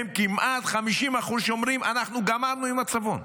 הם כמעט 50% שאומרים: אנחנו גמרנו עם הצפון.